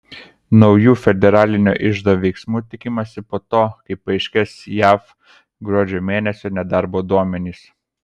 naujų federalinio iždo veiksmų tikimasi po to kai paaiškės jav gruodžio mėnesio nedarbo duomenys